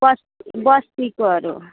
बस्ती बस्तीकोहरू